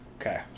Okay